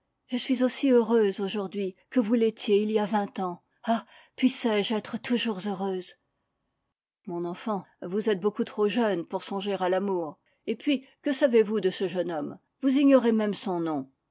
je suis aussi heureuse aujourd'hui que vous l'étiez il y a vingt ans ah puissé-je être toujours heureuse mon enfant vous êtes beaucoup trop jeune pour songer à l'amour et puis que savez-vous de ce jeune homme vous ignorez même son nom